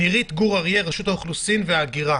נירית גור אריה, רשות האוכלוסין וההגירה.